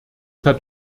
hat